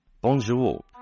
Bonjour